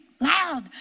Loud